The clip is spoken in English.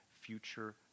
future